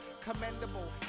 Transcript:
Commendable